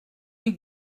you